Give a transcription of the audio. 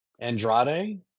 Andrade